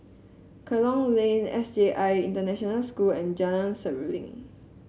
Kerong Lane S J I International School and Jalan Seruling